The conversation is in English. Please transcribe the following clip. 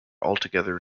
altogether